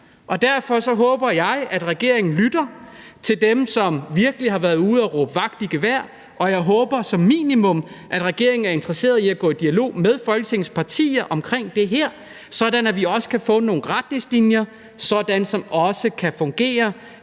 Derfor håber jeg, at regeringen lytter til dem, som virkelig har været ude at råbe vagt i gevær, og jeg håber som minimum, at regeringen er interesseret i at gå i dialog med Folketingets partier omkring det her, sådan at vi også kan få nogle retningslinjer, som også kan fungere,